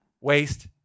waste